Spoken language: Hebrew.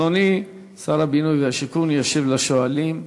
אדוני שר הבינוי והשיכון ישיב לשואלים.